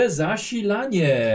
zasilanie